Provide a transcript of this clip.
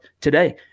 today